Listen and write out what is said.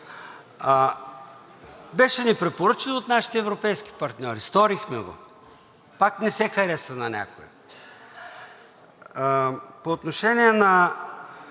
Беше ни препоръчано от нашите европейски партньори – сторихме го, пак не се хареса на някой. По отношение на